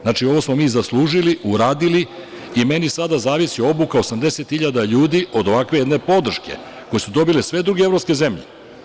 Znači, ovo smo mi zaslužili, uradili i meni sada zavisi obuka 80.000 ljudi od ovakve jedne podrške koju su dobile sve druge evropske zemlje.